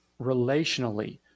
relationally